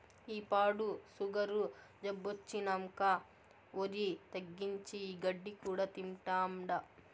ఈ పాడు సుగరు జబ్బొచ్చినంకా ఒరి తగ్గించి, ఈ గడ్డి కూడా తింటాండా